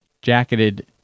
jacketed